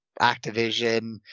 Activision